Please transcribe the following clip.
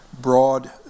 broad